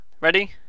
Ready